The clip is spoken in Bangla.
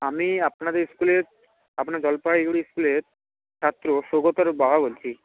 আমি আপনাদের স্কুলের আপনার জলপাইগুড়ি স্কুলের ছাত্র সৌগতর বাবা বলছি